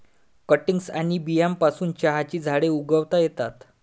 cuttings आणि बियांपासून चहाची झाडे उगवता येतात